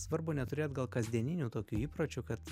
svarbu neturėt gal kasdieninių tokių įpročių kad